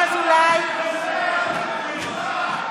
אזולאי, קריאות: